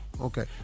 Okay